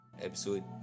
episode